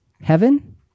Heaven